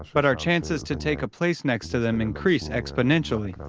but our chances to take a place next to them increase exponentially.